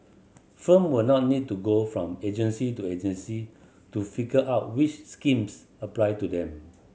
firm will not need to go from agency to agency to figure out which schemes apply to them